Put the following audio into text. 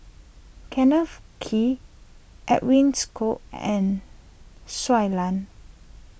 Kenneth Kee Edwin's Koek and Shui Lan